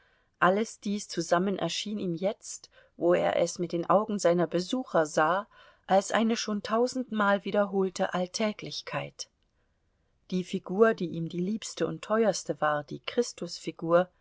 alles dies zusammen erschien ihm jetzt wo er es mit den augen seiner besucher sah als eine schon tausendmal wiederholte alltäglichkeit die figur die ihm die liebste und teuerste war die